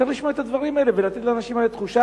צריך לשמוע את הדברים האלה ולתת לאנשים האלה תחושה